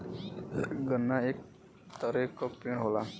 गन्ना एक तरे क पेड़ होला